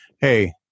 Hey